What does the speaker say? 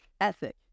ethic